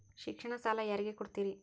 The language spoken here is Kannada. ಶಿಕ್ಷಣಕ್ಕ ಸಾಲ ಯಾರಿಗೆ ಕೊಡ್ತೇರಿ?